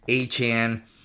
Achan